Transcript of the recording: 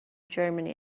germany